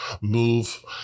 move